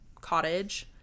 cottage